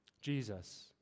Jesus